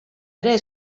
ere